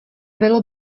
bylo